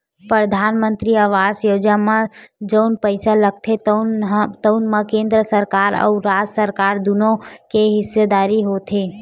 परधानमंतरी आवास योजना म जउन पइसा लागथे तउन म केंद्र सरकार अउ राज सरकार दुनो के हिस्सेदारी होथे